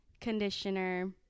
conditioner